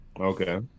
Okay